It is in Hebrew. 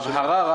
הבהרה.